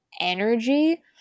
energy